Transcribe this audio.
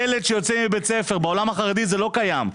ילד שיוצא מבית ספר בעולם החרדי זה לא קיים,